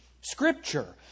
Scripture